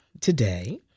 today